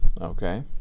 Okay